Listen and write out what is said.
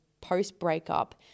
post-breakup